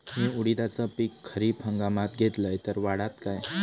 मी उडीदाचा पीक खरीप हंगामात घेतलय तर वाढात काय?